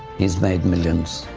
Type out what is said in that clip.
he's made millions.